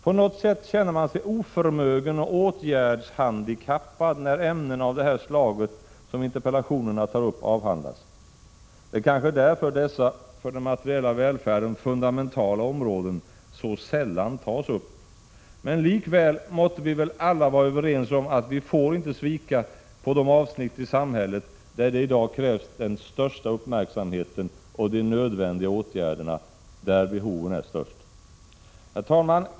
På något sätt känner man sig oförmögen och åtgärdshandikappad när ämnen av det slag som tas upp i interpellationerna avhandlas. Det är kanske därför dessa för den materiella välfärden fundamentala områden så sällan tas upp. Likväl måtte vi väl alla vara överens om att vi inte får svika på de avsnitt i samhället där det i dag krävs största uppmärksamhet och åtgärder, där behoven är störst. Herr talman!